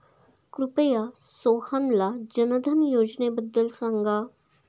कृपया सोहनला जनधन योजनेबद्दल सांगा